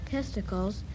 Testicles